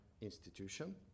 institution